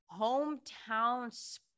hometown